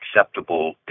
acceptable